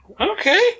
Okay